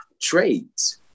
Trades